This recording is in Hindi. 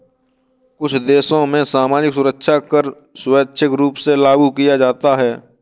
कुछ देशों में सामाजिक सुरक्षा कर स्वैच्छिक रूप से लागू किया जाता है